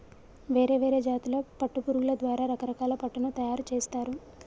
వేరే వేరే జాతుల పట్టు పురుగుల ద్వారా రకరకాల పట్టును తయారుచేస్తారు